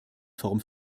form